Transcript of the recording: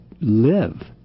live